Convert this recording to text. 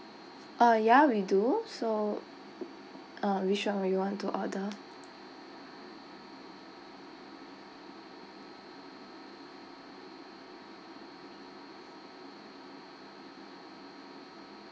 uh ya we do so um which [one] would you want to order